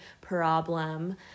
problem